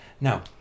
Now